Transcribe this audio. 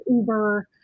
Uber